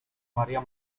maria